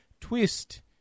twist